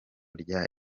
rya